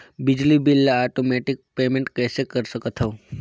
बिजली बिल ल automatic payment कइसे कर सकथव?